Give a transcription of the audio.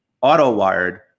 auto-wired